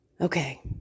Okay